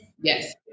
Yes